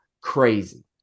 crazy